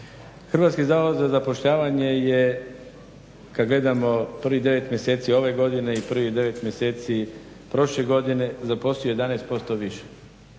Hrvatski zavod za zapošljavanje je kad gledamo prvih 9 mjeseci ove godine i prvih 9 mjeseci prošle godine zaposlio 11% više.